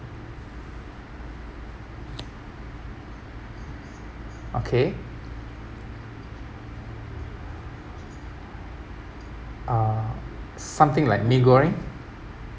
okay uh something like mee goreng